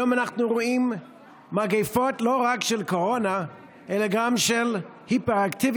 היום אנחנו רואים מגפות לא רק של קורונה אלא גם של היפראקטיביות,